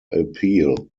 appeal